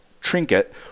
trinket